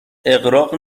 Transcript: اغراق